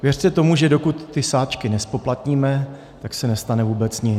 Věřte tomu, že dokud ty sáčky nezpoplatníme, tak se nestane vůbec nic.